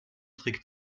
trick